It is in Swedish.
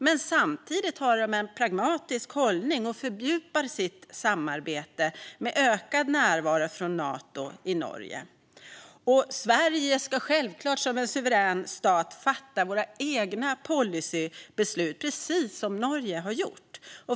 Men samtidigt har de en pragmatisk hållning och fördjupar sitt samarbete med ökad närvaro från Nato i Norge. Sverige ska självklart som en suverän stat fatta sina egna policybeslut, precis som Norge har gjort.